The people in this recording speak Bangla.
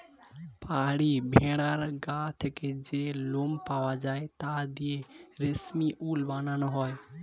পাহাড়ি ভেড়ার গা থেকে যে লোম পাওয়া যায় তা দিয়ে রেশমি উল বানানো হয়